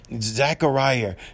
Zechariah